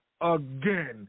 again